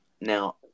now